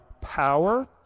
power